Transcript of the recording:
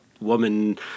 woman